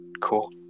Cool